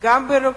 וגם ברוקחים,